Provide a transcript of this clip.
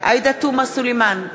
עאידה תומא סלימאן,